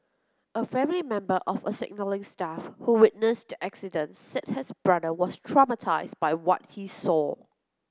a family member of a signalling staff who witnessed the accident said his brother was traumatised by what he saw